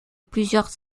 plusieurs